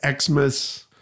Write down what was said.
Xmas